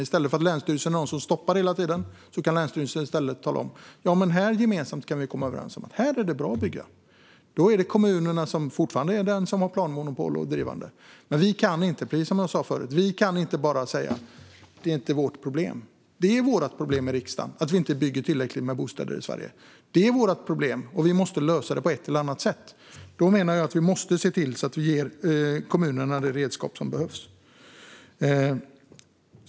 I stället för att länsstyrelsen är den som hela tiden stoppar kan länsstyrelsen säga: Här kan vi gemensamt komma överens om att det är bra att bygga. Då är det kommunerna som fortfarande har planmonopol och är drivande. Precis som jag sa förut kan vi inte bara säga: Det är inte vårt problem. Det är riksdagens problem att det inte byggs tillräckligt med bostäder i Sverige. Det är vårt problem, och vi måste lösa det på ett eller annat sätt. Då menar jag att vi måste se till att vi ger kommunerna de redskap som behövs.